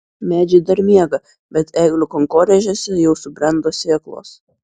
medžiai dar miega bet eglių kankorėžiuose jau subrendo sėklos